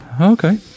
okay